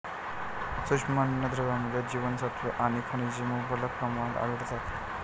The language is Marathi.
सूक्ष्म अन्नद्रव्यांमध्ये जीवनसत्त्वे आणि खनिजे मुबलक प्रमाणात आढळतात